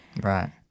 Right